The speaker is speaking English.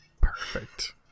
Perfect